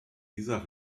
dieser